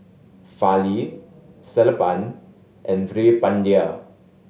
Fali Sellapan and Veerapandiya